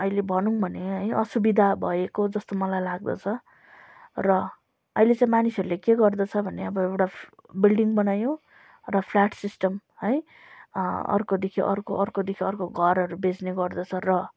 अहिले भनौँ भने असुविधा भएको जस्तो मलाई लाग्दछ र अहिले चाहिँ मानिसहरूले के गर्दछ भने अब एउटा बिल्डिङ बनायो र फ्ल्याट सिस्टम है अर्कोदेखि अर्को अर्कोदेखि अर्को घरहरू बेच्ने गर्दछ र